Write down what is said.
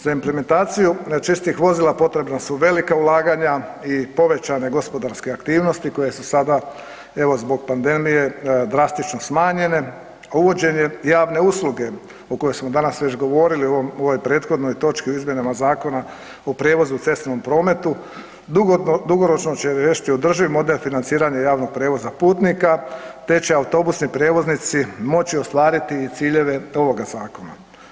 Za implementaciju nečistih vozila potrebna su velika ulaganja i povećane gospodarske aktivnosti koje su sada evo zbog pandemije drastično smanjenje, a uvođenje javne usluge o kojoj smo danas već govorili o ovoj prethodnoj točki o izmjenama Zakona o prijevozu u cestovnom prometu dugoročno će riješiti održiv model financiranja javnog prijevoza putnika, te će autobusni prijevoznici moći ostvariti ciljeve ovoga zakona.